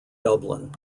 dublin